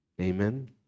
Amen